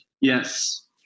Yes